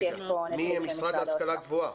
מהמשרד להשכלה גבוהה.